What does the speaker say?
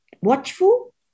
watchful